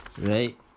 Right